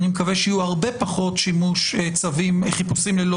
אני מקווה שיהיה הרבה פחות שימוש בחיפושים ללא